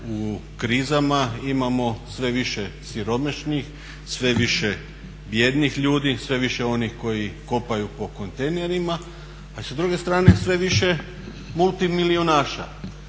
u krizama imamo sve više siromašnih, sve više bijednih ljudi, sve više onih koji kopaju po kontejnerima, a sa druge strane sve više multimilijunaša.